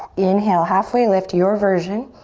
inhale halfway lift, your version.